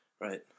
Right